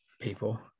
people